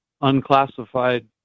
unclassified